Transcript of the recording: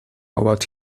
about